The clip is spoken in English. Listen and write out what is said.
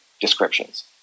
descriptions